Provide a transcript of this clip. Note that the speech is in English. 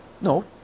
no